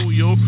yo